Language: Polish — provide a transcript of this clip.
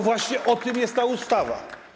Właśnie o tym jest ta ustawa.